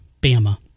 Bama